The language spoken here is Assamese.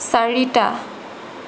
চাৰিটা